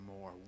more